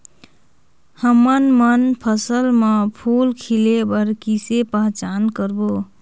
हमन मन फसल म फूल खिले बर किसे पहचान करबो?